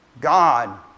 God